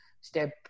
step